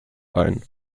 ein